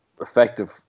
effective